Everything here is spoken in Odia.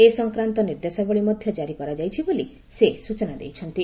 ଏ ସଂକ୍ରାନ୍ତ ନିର୍ଦ୍ଦେଶାବଳୀ ମଧ୍ୟ କାରି କରାଯାଇଛି ବୋଲି ସେ ସ୍ଟଚନା ଦେଇଛନ୍ତି